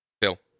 Bill